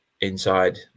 inside